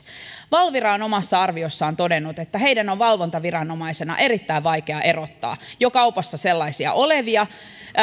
valvira on omassa arviossaan todennut että heidän on valvontaviranomaisena erittäin vaikea erottaa jo kaupassa olevia sellaisia